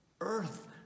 earth